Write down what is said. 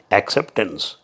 acceptance